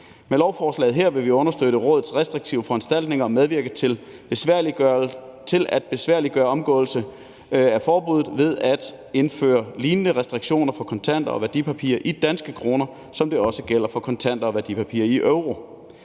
Med lovforslaget her vil vi understøtte rådets restriktive foranstaltninger og medvirke til at besværliggøre omgåelse af forbuddet ved at indføre lignende restriktioner for kontanter og værdipapirer i danske kroner, som det også gælder for kontanter og værdipapirer i euro.